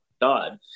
God